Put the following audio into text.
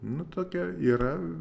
nu tokia yra